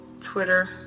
Twitter